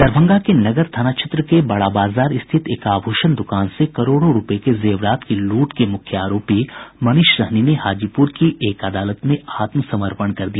दरभंगा के नगर थाना क्षेत्र के बड़ा बाजार स्थित एक आभूषण द्वकान से करोड़ों रूपये के जेवरात की लूट के मुख्य आरोपी मनीष सहनी ने हाजीपुर की एक अदालत में आत्मसमर्पण कर दिया